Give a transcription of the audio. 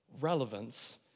relevance